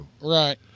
Right